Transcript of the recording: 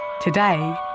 Today